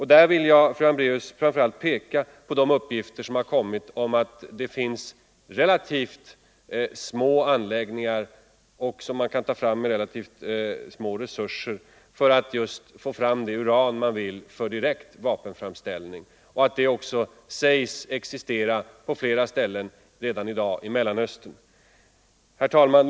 Här vill jag, fru Hambraeus, framför allt peka på de uppgifter som kommit om relativt små anläggningar, där man med ganska små resurser kan ta fram det uran man vill för direkt vapenframställning. De sägs existera på flera ställen redan i dag i Mellanöstern. Herr talman!